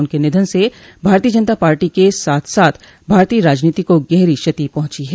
उनके निधन से भारतीय जनता पार्टी क साथ साथ भारतीय राजनीति को गहरी क्षति पहुंची है